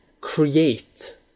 create